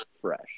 fresh